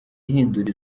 ihindura